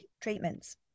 treatments